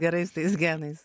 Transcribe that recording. gerai su tais genais